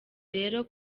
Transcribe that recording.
rero